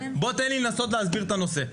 תן לי לנסות להסביר את הנושא.